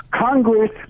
Congress